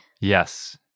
Yes